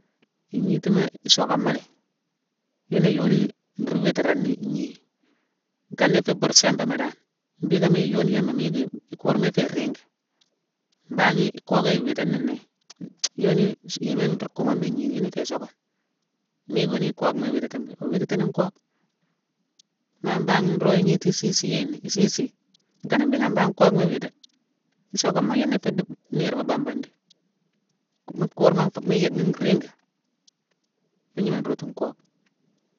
Ignitima, isokama la yi. Yuna yuni ru witirani gni. I kana ifu bur simbama dan. Mbhicka yooniyuma mu yick ikurma ifé iringi. Mbangh i kokéye iwitini né, yoni- nso- yéma ruu kumoma i gnini yuna ifé isokane. Mu yick wuni ikocma iwititine? Iwa witititine nkock. Ma bangh nroo igniti isisi yé né, isisi nkana mbhiika mbangh nkockma iwitine. Isokama yuna ifu di niirma bamban dhi; mu kurma nfu- mu- yicghi nriigi, mu gnama nrotu nkock.